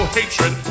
hatred